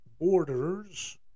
borders